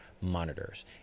Monitors